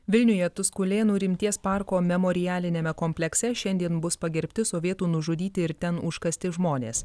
vilniuje tuskulėnų rimties parko memorialiniame komplekse šiandien bus pagerbti sovietų nužudyti ir ten užkasti žmonės